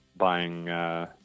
Buying